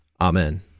Amen